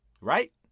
Right